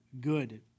good